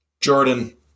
Jordan